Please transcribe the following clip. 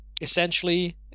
essentially